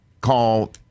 call